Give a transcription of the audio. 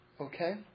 Okay